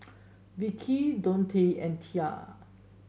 Vicki Dontae and Tia